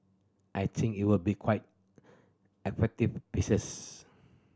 I think it will be quite effective pieces